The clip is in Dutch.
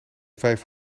vijf